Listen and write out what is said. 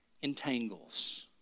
entangles